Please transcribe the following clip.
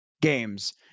games